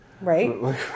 Right